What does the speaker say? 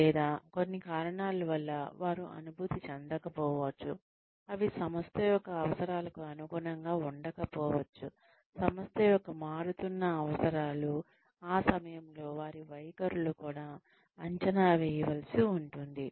లేదా కొన్ని కారణాల వల్ల వారు అనుభూతి చెందకపోవచ్చు అవి సంస్థ యొక్క అవసరాలకు అనుగుణంగా ఉండకపోవచ్చు సంస్థ యొక్క మారుతున్న అవసరాలు ఆ సమయంలో వారి వైఖరులు కూడా అంచనా వేయవలసి ఉంటుంది